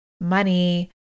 money